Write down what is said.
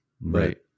right